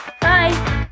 bye